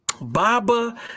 Baba